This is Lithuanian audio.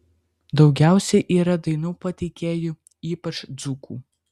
daugiausiai yra dainų pateikėjų ypač dzūkų